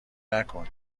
نکن